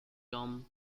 tom